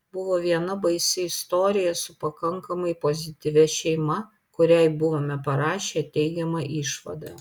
buvo viena baisi istorija su pakankamai pozityvia šeima kuriai buvome parašę teigiamą išvadą